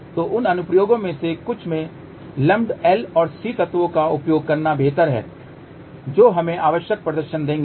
तो उन अनुप्रयोगों में से कुछ में लूम्पड L और C तत्वों का उपयोग करना बेहतर है जो हमें आवश्यक प्रदर्शन देंगे